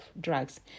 drugs